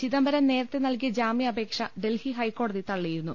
ചിദംബരം നേരത്തെ നൽകിയ ജാമ്യാപേക്ഷ ഡൽഹി ഹൈക്കോടതി തള്ളിയിരുന്നു